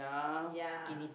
ya